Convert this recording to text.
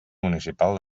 municipal